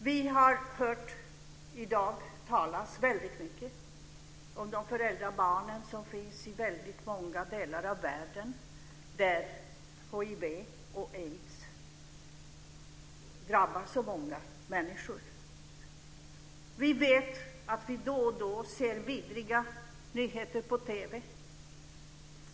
Vi har i dag hört mycket talas om de föräldralösa barnen som finns i många delar av världen där hiv och aids drabbar så många människor. Vi ser då och då vidriga nyheter på TV.